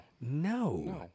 No